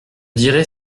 dirai